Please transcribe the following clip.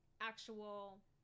actual